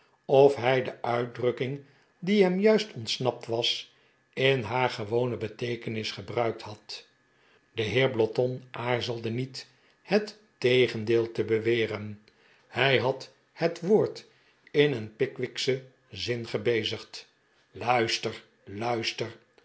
of hij de uitdrukking die hem juist ontsnapt was in haar gewone beteekenis gebruikt had de heer blotton aarzelde niet het tegendeel te beweren hij had het woord in een pickwickschen zin gebezigd luister luister